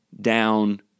down